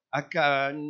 akan